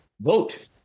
Vote